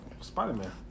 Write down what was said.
Spider-Man